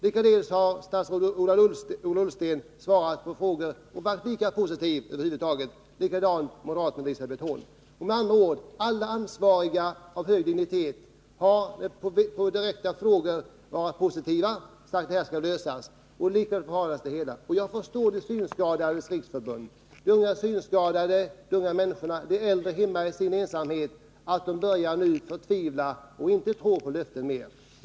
Likaledes har statsrådet Ola Ullsten svarat på frågor och varit lika positiv, och det gäller även moderaten Elisabet Holm. Med andra ord: alla ansvariga av hög dignitet har på direkta frågor varit positiva och sagt att denna fråga skall lösas, och likväl förhalas det hela. Jag förstår Synskadades riksförbund, de unga synskadade och de äldre hemma i sin ensamhet att de nu börjar förtvivla och inte tror på löften mer.